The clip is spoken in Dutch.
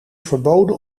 verboden